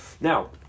Now